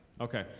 Okay